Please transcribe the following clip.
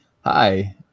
hi